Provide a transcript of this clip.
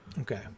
Okay